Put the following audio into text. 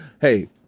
hey